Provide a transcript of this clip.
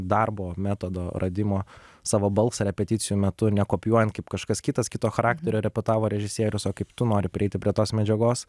darbo metodo radimo savo balsą repeticijų metu nekopijuojant kaip kažkas kitas kito charakterio repetavo režisierius o kaip tu nori prieiti prie tos medžiagos